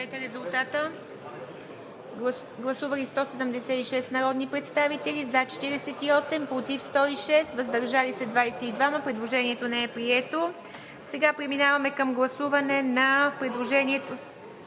Предложението не е прието.